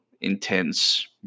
intense